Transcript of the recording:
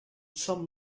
some